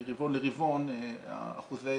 מרבעון לרבעון אחוזי